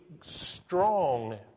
strong